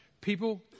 people